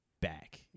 back